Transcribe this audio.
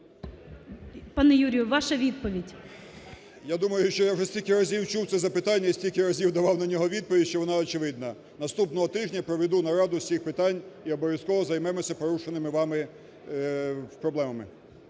Пане Юрію, ваша відповідь. 17:42:36 ЛУЦЕНКО Ю.В. Я думаю, що я вже стільки разів чув це запитання і стільки разів давав на нього відповідь, що вона очевидна. Наступного тижня проведу нараду з цих питань і обов'язково займемося порушеними вами проблемами.